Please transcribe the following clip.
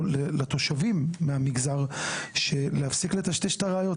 לתושבים מהמגזר להפסיק לטשטש את הראיות.